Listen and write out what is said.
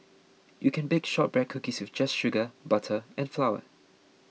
you can bake Shortbread Cookies just with sugar butter and flour